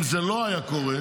אם זה לא היה קורה,